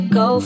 go